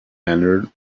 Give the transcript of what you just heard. entered